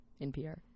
NPR